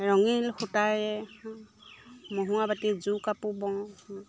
ৰঙীন সূতাৰে মহুৱাবাতিত যোৰ কাপোৰ বওঁ